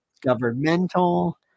governmental